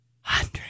hundred